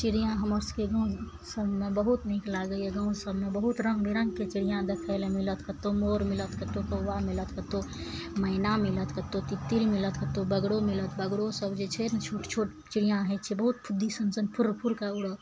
चिड़ियाँ हमर सभके गाँव सभमे बहुत नीक लागइए गाँव सभमे बहुत रङ्ग बिरङ्गके चिड़ियाँ देखय लै मिलत कतौ मोर मिलत कतहु कौआ मिलत कतहु मैना मिलत कतहु तितीर मिलत कतहु बगरो मिलत बगरो सभ जे छै ने छोट छोट चिड़ियाँ होइ छै बहुत फुद्दी सन सन फुर्र फुर्रके उड़त